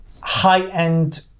high-end